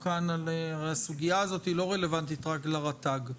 אומר שהסוגיה הזאת לא רלוונטית רק לרשות הטבע והגנים.